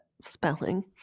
spelling